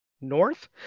north